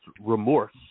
remorse